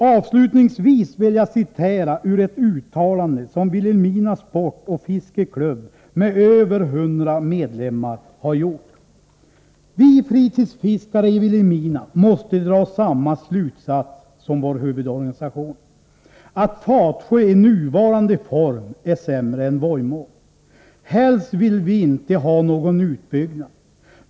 Avslutningsvis vill jag citera ur ett uttalande som Vilhelmina sportoch fiskeklubb med över 100 medlemmar har gjort. ”Vi fritidsfiskare i Vilhelmina måste dra samma slutsats som vår huvudorganisation. Att Fatsjö i nuvarande form är sämre än Vojmå. Helst vill vi inte ha någon utbyggnad.